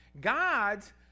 God's